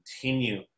continue